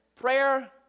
prayer